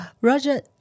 Roger